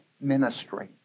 ministry